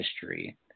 history